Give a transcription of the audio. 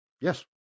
Yes